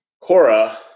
Cora